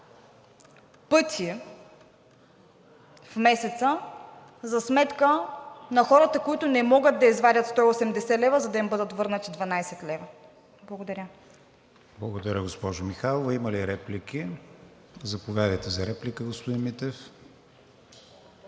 пъти в месеца, за сметка на хората, които не могат да извадят 180 лв., за да им бъдат върнати 12 лв. Благодаря. ПРЕДСЕДАТЕЛ КРИСТИАН ВИГЕНИН: Благодаря, госпожо Михайлова. Има ли реплики? Заповядайте за реплика, господин Митев.